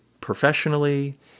professionally